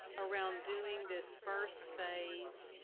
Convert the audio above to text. around doing this first phase